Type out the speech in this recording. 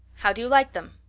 how do you like them?